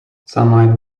sunlight